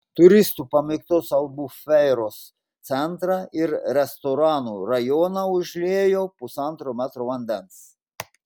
turistų pamėgtos albufeiros centrą ir restoranų rajoną užliejo pusantro metro vandens